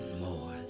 more